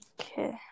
okay